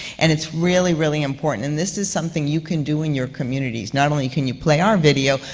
and it's really, really important. and this is something you can do in your communities not only can you play our video,